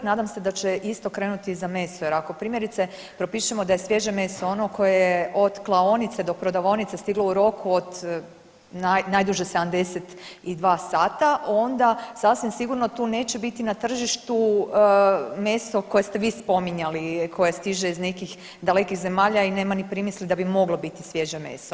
Nadam se da će isto krenut i za meso jer ako primjerice propišemo da je svježe meso ono koje je od klaonice do prodavaonice stiglo u roku od najduže 72 sata onda sasvim sigurno tu neće biti na tržištu meso koje ste vi spominjali koje stiže iz nekih dalekih zemalja i nema ni primisli da bi moglo biti svježe meso.